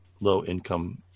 low-income